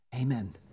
Amen